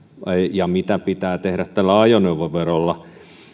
ja mitä pitää tehdä tälle ajoneuvoverolle